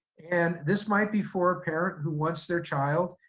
and this might be for a parent who wants their child